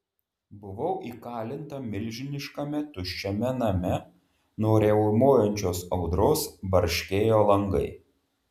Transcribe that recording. buvau įkalinta milžiniškame tuščiame name nuo riaumojančios audros barškėjo langai